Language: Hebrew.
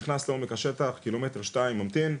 אז הוא נכנס לעומק השטח ק"מ-שניים וממתין.